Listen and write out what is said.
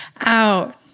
out